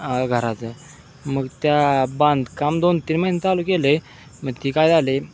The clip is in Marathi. घराचं मग त्या बांधकाम दोन तीन महिने चालू केलं आहे मग ते काय झालं आहे